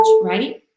right